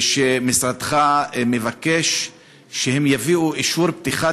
שמשרדך מבקש שהם יביאו אישור פתיחת